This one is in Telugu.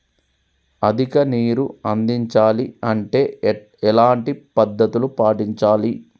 అధిక నీరు అందించాలి అంటే ఎలాంటి పద్ధతులు పాటించాలి?